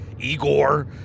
Igor